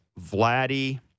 Vladdy